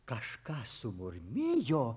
kažką sumurmėjo